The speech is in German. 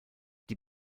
die